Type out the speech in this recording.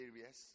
areas